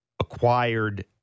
acquired